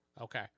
Okay